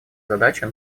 задача